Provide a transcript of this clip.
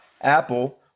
Apple